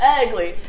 ugly